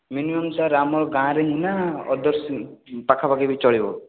minimum sir ଆମ ଗାଁରେ ହିଁ ନା ଅଦର୍ସ ପାଖାପାଖି ବି ଚଳିବ